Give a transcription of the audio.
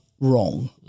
wrong